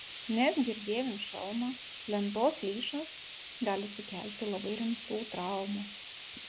netgi ir dėvint šalmą lentos lyšas gali sukelti labai rimtų traumų